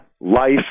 life